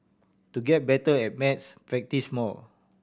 to get better at maths practise more